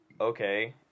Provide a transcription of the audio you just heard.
Okay